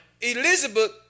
Elizabeth